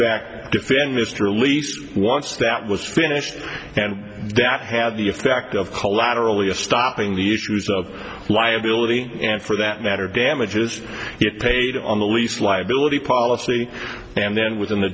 fact defend mr leask once that was finished and that had the effect of collaterally a stopping the issues of liability and for that matter damages it paid on the lease liability policy and then within the